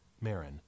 Marin